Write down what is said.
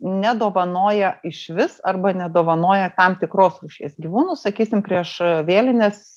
nedovanoja išvis arba nedovanoja tam tikros rūšies gyvūnų sakysim prieš vėlines